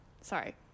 sorry